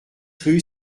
rue